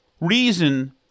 reason